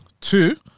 Two